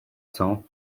cent